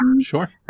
sure